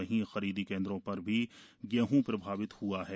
वहीं खरीदी केंद्रों पर भी गेंह प्रभावित ह्आ है